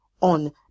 on